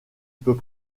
peut